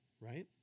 right